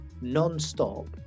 non-stop